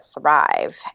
thrive